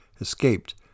escaped